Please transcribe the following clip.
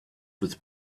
with